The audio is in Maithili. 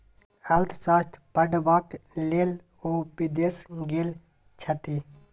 अर्थशास्त्र पढ़बाक लेल ओ विदेश गेल छथि